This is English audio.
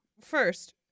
First